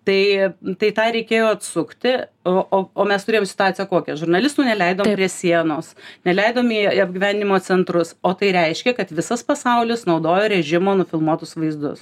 tai tai tą reikėjo atsukti o o o mes turėjom situaciją kokią žurnalistų neleidom prie sienos neleidom į į apgyvendinimo centrus o tai reiškia kad visas pasaulis naudojo rėžimo nufilmuotus vaizdus